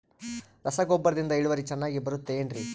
ರಸಗೊಬ್ಬರದಿಂದ ಇಳುವರಿ ಚೆನ್ನಾಗಿ ಬರುತ್ತೆ ಏನ್ರಿ?